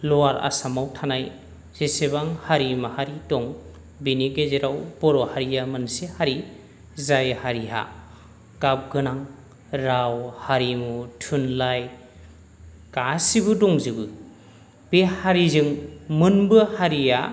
lower आसामाव थानाय जेसेबां हारि माहारि दं बेनि गेजेराव बर' हारिया मोनसे हारि जाय हारिहा गाब गोनां राव हारिमु थुनलाइ गासैबो दंजोबो बे हारिजों मोनबो हारिया